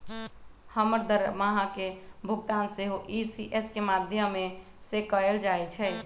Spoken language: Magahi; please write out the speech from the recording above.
हमर दरमाहा के भुगतान सेहो इ.सी.एस के माध्यमें से कएल जाइ छइ